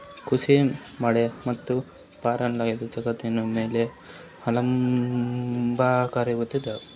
ಕೃಷಿ ಮಳೆ ಮತ್ತು ಬದಲಾಗುತ್ತಿರುವ ಋತುಗಳ ಮೇಲೆ ಅವಲಂಬಿತವಾಗಿರತದ